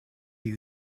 you